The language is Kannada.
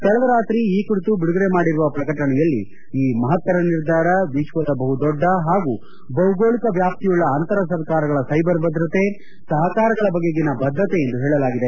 ಕಳೆದ ರಾತ್ರಿ ಈ ಕುರಿತು ಬಿಡುಗಡೆ ಮಾಡಿರುವ ಪ್ರಕಟಣೆಯಲ್ಲಿ ಈ ಮಹತ್ತರ ನಿರ್ಧಾರ ವಿಶ್ವದ ಬಹುದೊಡ್ಡ ಹಾಗೂ ಭೌಗೋಳಿಕ ವ್ಯಾಪ್ತಿಯುಳ್ಳ ಅಂತರ ಸರ್ಕಾರಗಳ ಸ್ಟೆಬರ್ ಭದ್ರತೆ ಸಹಕಾರಗಳ ಬಗೆಗಿನ ಬದ್ದತೆ ಎಂದು ಹೇಳಲಾಗಿದೆ